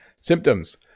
Symptoms